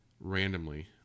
randomly